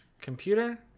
computer